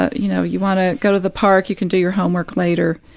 ah you know, you wanna go to the park, you can do your homework later,